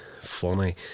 funny